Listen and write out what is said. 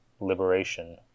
liberation